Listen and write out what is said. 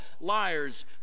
liars